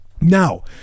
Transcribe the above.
Now